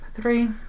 three